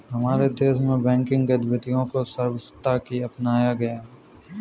हमारे देश में बैंकिंग गतिविधियां को सर्वथा ही अपनाया गया है